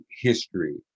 history